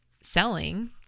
selling